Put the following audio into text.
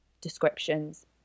descriptions